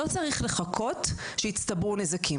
לא צריך לחכות שיצטברו נזקים.